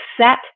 set